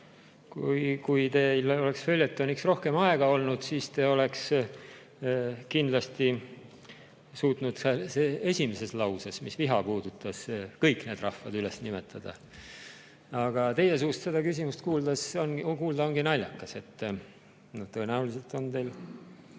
Kui teil oleks följetoniks rohkem aega olnud, siis te oleks kindlasti suutnud esimeses lauses, mis viha puudutas, kõik need rahvad ära nimetada. Aga teie suust seda küsimust kuulda ongi naljakas. Tõenäoliselt on teil